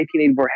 1984